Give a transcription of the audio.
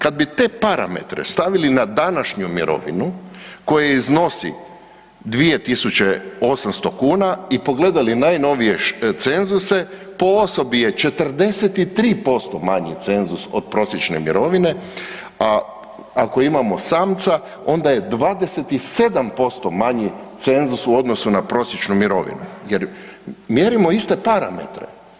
Kad bi te parametre stavili na današnju mirovinu koja iznosi 2800 kuna i pogledali najnovije cenzuse po osobi je 43% manji cenzus od prosječne mirovine, a ako imamo samca onda je 27% manji cenzus u odnosu na prosječnu mirovinu jer mjerimo iste parametre.